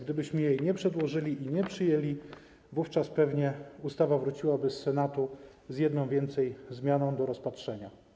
Gdybyśmy jej nie przedłożyli i nie przyjęli, ustawa pewnie wróciłaby z Senatu z jedną więcej zmianą do rozpatrzenia.